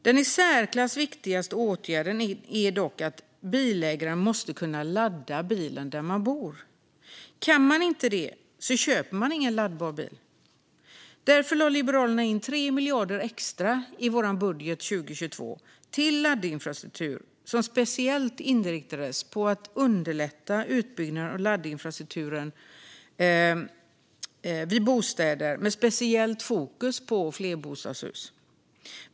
Den i särklass viktigaste åtgärden är dock att bilägare måste kunna ladda bilen där de bor. Kan man inte det köper man ingen laddbar bil. Därför lade vi från Liberalerna in 3 miljarder extra i vår budget för 2022 till laddinfrastruktur med speciell inriktning på att underlätta utbyggnaden av laddinfrastruktur vid bostäder och med speciellt fokus på flerbostadshus.